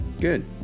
good